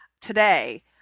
today